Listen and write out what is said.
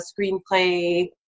screenplay